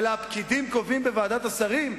אלא הפקידים קובעים בוועדת השרים?